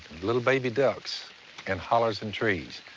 little baby ducks in hollows in trees.